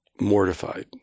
mortified